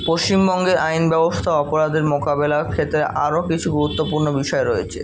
পশ্চিমবঙ্গের আইন ব্যবস্থা অপরাধের মোকাবিলার ক্ষেত্রে আরও কিছু গুরুত্বপূর্ণ বিষয় রয়েছে